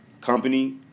company